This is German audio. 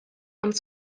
und